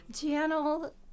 channel